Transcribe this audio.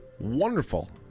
wonderful